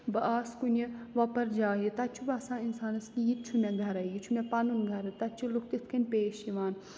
بہٕ آس کُنہِ وۄپَر جایہِ تَتہِ چھُ باسان اِنسانَس کہِ یہِ تہِ چھُ مےٚ گَرَے یہِ چھُ مےٚ پَنُن گرٕ تَتہِ چھِ لُکھ تِتھ کٔنۍ پیش یِوان